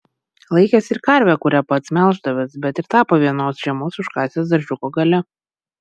laikęs ir karvę kurią pats melždavęs bet ir tą po vienos žiemos užkasęs daržiuko gale